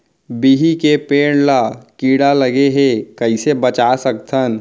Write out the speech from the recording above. बिही के पेड़ ला कीड़ा लगे ले कइसे बचा सकथन?